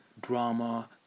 drama